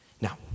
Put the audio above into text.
Now